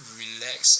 relax